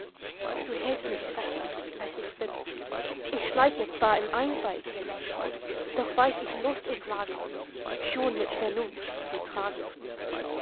du hältst mich schwächer als ich bin ich schleiche zwar in einfalt hin doch weiß ich lust und plagen schon mit vernunft zu tragen